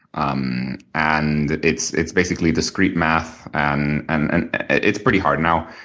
um and it's it's basically discrete math, and and and it's pretty hard. now,